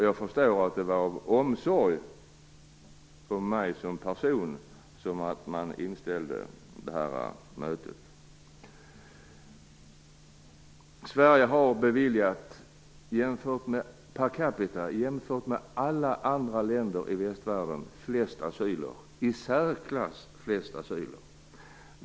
Jag förstår att det var av omsorg om mig som person som man inställde mötet. Sverige har beviljat flest människor asyl per capita jämfört med alla andra länder i västvärlden - i särklass flest.